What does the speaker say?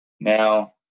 now